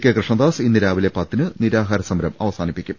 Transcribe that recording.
K Krishnadas ഇന്നു രാവിലെ പത്തിന് നിരാഹാര സമരം അവസാനിപ്പിക്കും